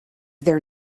there